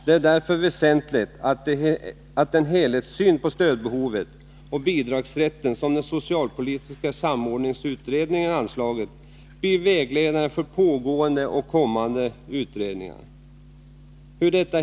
Det är därför väsentligt att den helhetssyn på stödbehovet och den bidragsrätt som den socialpolitiska samordningsutredningen anlagt blir vägledande för pågående och kommande utredningar.